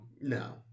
No